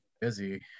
busy